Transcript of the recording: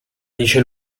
dice